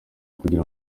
kugira